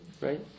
right